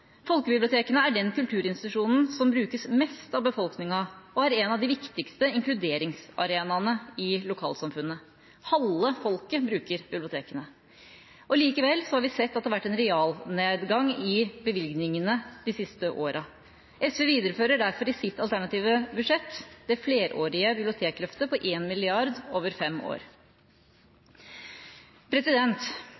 Folkebibliotekene er den kulturinstitusjonen som brukes mest av befolkninga, og det er en av de viktigste inkluderingsarenaene i lokalsamfunnet. Halve folket bruker bibliotekene. Likevel har vi sett at det har vært en realnedgang i bevilgningene de siste årene. SV viderefører derfor i sitt alternative budsjett det flerårige bibliotekløftet på 1 mrd. kr over fem år.